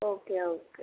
okay okay